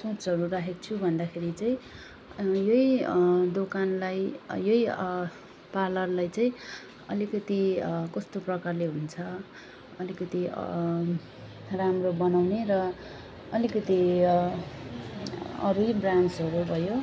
सोचहरू राखेको छु भन्दाखेरि चाहिँ यही दोकानलाई यही पार्लरलाई चाहिँ अलिकति कस्तो प्रकारले हुन्छ अलिकति राम्रो बनाउने र अलिकति अरू नै ब्रान्चहरू भयो